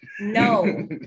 No